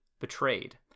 betrayed